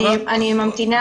אני ממתינה